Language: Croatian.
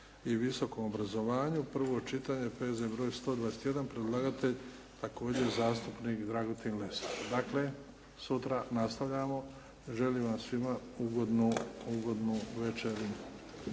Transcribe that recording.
i visokom obrazovanju, prvo čitanje P.Z. br. 121. Predlagatelj također zastupnik Dragutin Lesar. Dakle sutra nastavljamo. Želim vam svima ugodnu, ugodnu